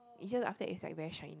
it's just outside it's like very shiny